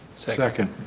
second.